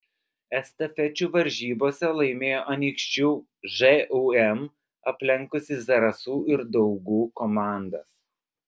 estafečių varžybose laimėjo anykščių žūm aplenkusi zarasų ir daugų komandas